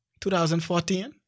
2014